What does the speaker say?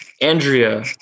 Andrea